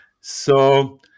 So-